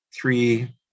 three